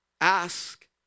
Ask